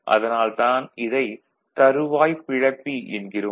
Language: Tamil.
அதனால் தான் இதைத் தறுவாய்ப் பிளப்பி என்கிறோம்